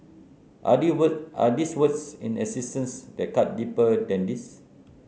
are there words are these words in existence that cut deeper than these